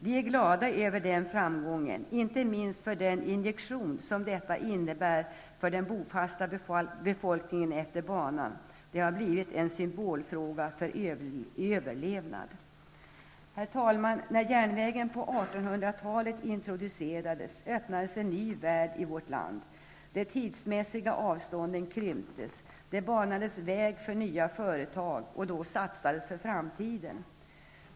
Vi är glada över den framgången, inte minst för den injektion som detta innebär för den bofasta befolkningen utefter banan -- det har blivit en symbolfråga för överlevnad. När järnvägen introducerades på 1800-talet öppnades en ny värld i vårt land; de tidsmässiga avstånden krymptes, det banades väg för nya företag och det satsades för framtiden.